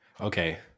Okay